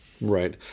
Right